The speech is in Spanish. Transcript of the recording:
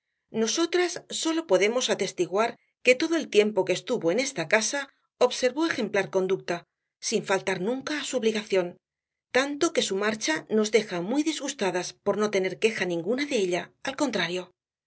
nosotras sólo podemos atestiguar que todo el tiempo que estuvo en esta casa observó ejemplar conducta sin faltar nunca á su obligación tanto que su marcha nos deja muy disgustadas por no tener queja ninguna de ella al contrario